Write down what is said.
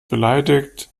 beleidigt